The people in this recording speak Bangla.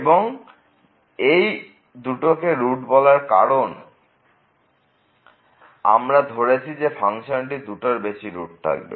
এবং এই দুটোকে রুট বলার কারণ আমরা ধরেছি যে ফাংশনটি দুটোর বেশি রুট থাকবে